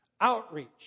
Outreach